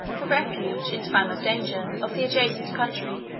the refuge, in time of danger, of the adjacent country